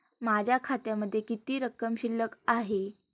माझ्या खात्यामध्ये किती रक्कम शिल्लक आहे?